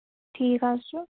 ٹھیٖک حظ چھُ